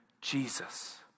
Jesus